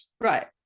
right